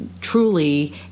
truly